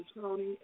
Tony